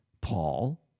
Paul